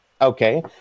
okay